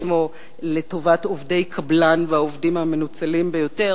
עצמו לטובת עובדי קבלן והעובדים המנוצלים ביותר.